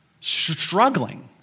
struggling